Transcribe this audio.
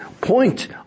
point